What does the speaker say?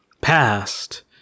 past